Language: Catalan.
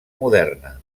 moderna